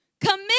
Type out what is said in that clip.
Commit